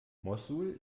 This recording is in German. mossul